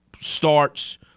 starts